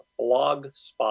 Blogspot